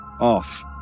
off